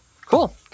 Cool